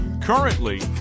Currently